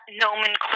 nomenclature